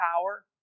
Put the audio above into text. power